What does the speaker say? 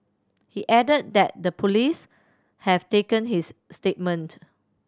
he added that the police have taken his statement